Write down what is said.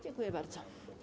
Dziękuję bardzo.